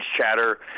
chatter